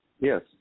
Yes